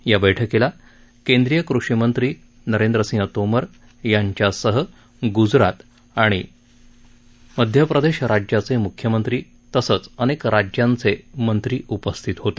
या बैठकीला केंद्रीय कृषी मंत्री नरेंद्रसिंह तोमर यांच्यासह गुजरात आणि मध्य प्रदेशचे मुख्यमंत्री तर अनेक राज्यांचे मंत्री यावेळी उपस्थित होते